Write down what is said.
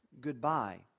goodbye